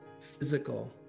physical